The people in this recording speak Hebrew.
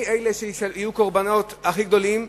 מי יהיו הקורבנות הכי גדולים?